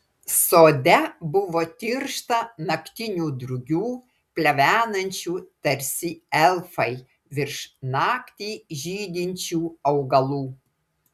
sode buvo tiršta naktinių drugių plevenančių tarsi elfai virš naktį žydinčių augalų